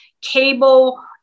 cable